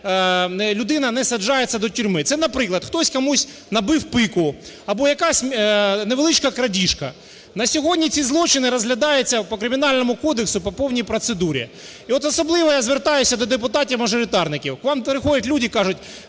людина не саджається до тюрми. Це, наприклад, хтось комусь набив пику або якась невеличка крадіжка. На сьогодні ці злочини розглядаються по Кримінальному кодексу по повній процедурі. І от особливо я звертаюся до депутатів-мажоритарників. До вас приходять люди і кажуть: